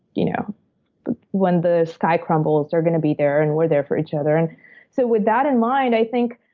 you know but when the the sky crumbles, they're gonna be there. and we're there for each other. and so, with that in mind, i think,